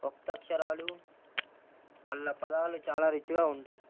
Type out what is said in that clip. ఒత్తక్షరాలు వల్ల పదాలు చాలా రిచ్గా ఉంటాయి